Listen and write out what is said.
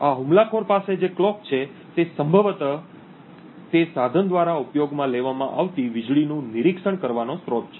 આ હુમલાખોર પાસે જે કલોક છે તે સંભવત તે સાધન દ્વારા ઉપયોગમાં લેવામાં આવતી વીજળીનું નિરીક્ષણ કરવાનો સ્રોત છે